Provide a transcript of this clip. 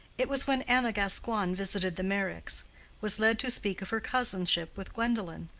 it was when anna gascoigne, visiting the meyricks was led to speak of her cousinship with gwendolen.